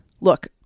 look